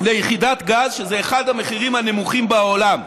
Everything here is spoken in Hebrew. ליחידת גז, שזה אחד המחירים הנמוכים בעולם.